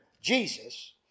Jesus